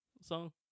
song